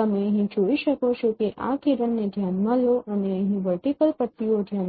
તમે અહીં જોઈ શકો છો કે આ કિરણને ધ્યાનમાં લો અને અહીં વર્ટીકલ પટ્ટીઓ ધ્યાનમાં લો